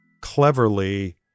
cleverly